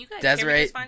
Desiree